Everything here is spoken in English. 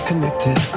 Connected